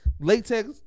latex